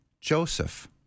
Joseph